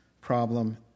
problem